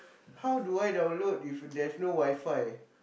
how do I download if there's no WiFi